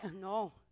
no